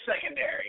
secondary